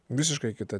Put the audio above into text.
visiškai kita